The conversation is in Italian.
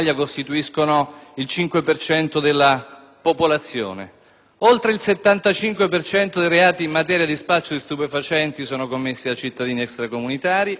per cento dei reati in materia di spaccio di stupefacenti è commesso da cittadini extracomunitari; la prostituzione è in mano a bande straniere;